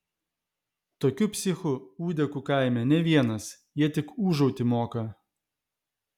tokių psichų ūdekų kaime ne vienas jie tik ūžauti moka